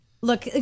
Look